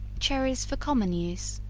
cherries for common use.